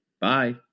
Bye